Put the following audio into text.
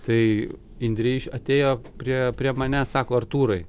tai indrė atėjo prie prie manęs sako artūrai